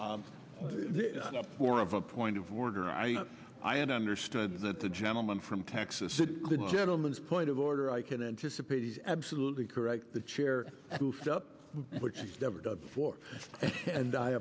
vote for of a point of order i i and understood that the gentleman from texas said the gentleman's point of order i can anticipate is absolutely correct the chair hoofed up which is never done before and i